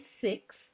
Six